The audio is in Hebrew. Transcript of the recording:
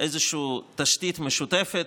איזושהי תשתית משותפת,